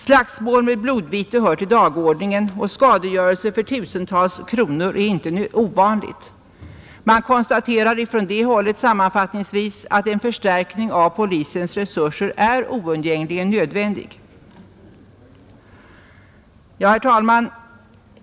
Slagsmål med blodvite hör till dagordningen, och skadegörelse för tusentals kronor är inte ovanlig. Man konstaterar från det hållet sammanfattningsvis att en förstärkning av polisens resurser är oundgängligen nödvändig. Herr talman!